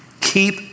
Keep